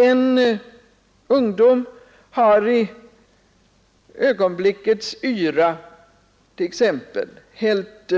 En ungdom har i ögonblickets yra t.ex. hällt